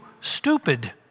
stupid